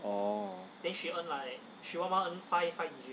oh